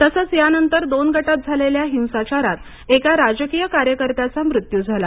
तसेच यानंतर दोन गटात झालेल्या हिंसाचारात एका राजकीय कार्यकर्त्याचा मृत्यू झाला